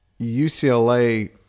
UCLA